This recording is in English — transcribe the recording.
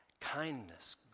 kindness